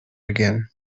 again